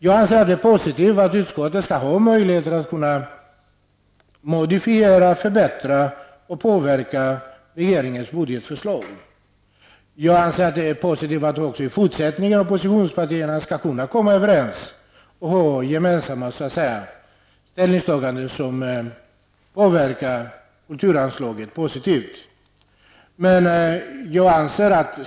Jag anser att det är positivt att utskottet har möjligheter att modifiera, förbättra och påverka regeringens budgetförslag. Jag anser att det är positivt att oppositionspartierna också i fortsättningen kan komma överens och göra gemensamma ställningstaganden som påverkar kulturanslagen positivt.